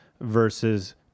versus